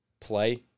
play